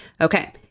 Okay